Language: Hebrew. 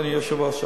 אדוני היושב-ראש,